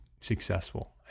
successful